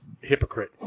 hypocrite